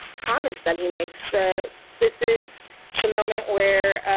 comments that he makes that this is the moment where